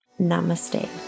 Namaste